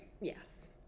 Yes